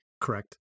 Correct